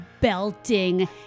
belting